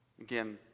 Again